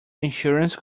insurance